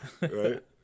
right